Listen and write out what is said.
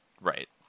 Right